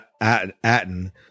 Atten